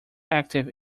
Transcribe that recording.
active